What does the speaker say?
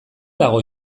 dago